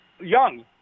young